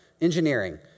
engineering